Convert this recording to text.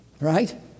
Right